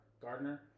Gardner